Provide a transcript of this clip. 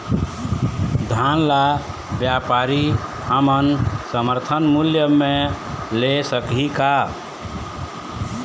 धान ला व्यापारी हमन समर्थन मूल्य म ले सकही का?